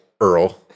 Earl